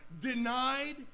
denied